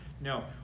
No